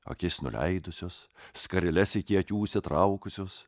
akis nuleidusios skareles iki akių užsitraukusios